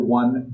one